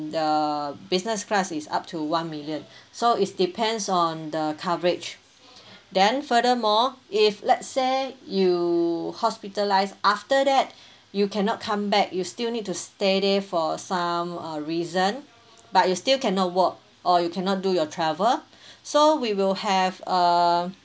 the business class is up to one million so is depends on the coverage then furthermore if let's say you hospitalised after that you cannot come back you still need to stay there for some uh reason but you still cannot walk or you cannot do your travel so we will have err